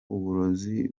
uburozi